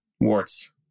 warts